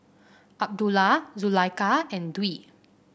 Abdullah Zulaikha and Dwi